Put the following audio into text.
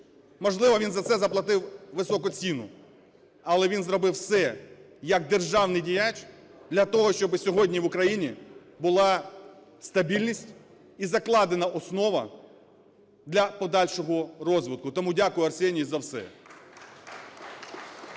Можливо, він за це заплатив високу ціну, але він зробив все, як державний діяч для того, щоб сьогодні в Україні була стабільність і закладена основа для подальшого розвитку. Тому дякую, Арсенію, за все.